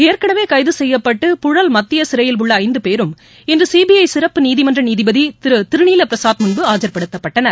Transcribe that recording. ஏற்கனவே கைது செய்யப்பட்டு பழல் மத்திய சிறையில் உள்ள ஐந்து பேரும் இன்று சீபிஐ சிறப்பு நீதிமன்ற நீதிபதி திரு திருநீலபிரசாத் முன்பு ஆஜர்படுத்தப்பட்டனர்